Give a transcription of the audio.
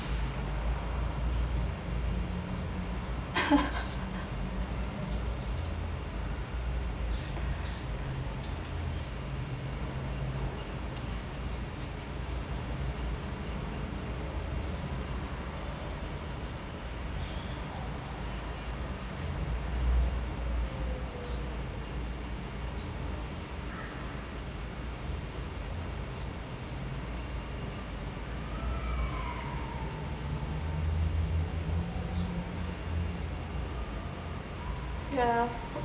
ya